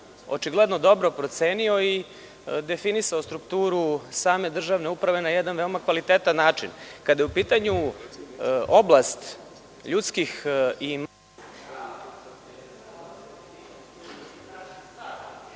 očigledno dobro procenio i definisao strukturu same državne uprave na jedan veoma kvalitetan način. Kada je u pitanju oblast ljudskih i